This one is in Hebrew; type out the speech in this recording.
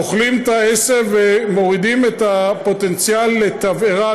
אוכלות את העשב ומורידות את הפוטנציאל לתבערה,